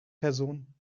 person